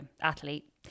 athlete